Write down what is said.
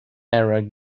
error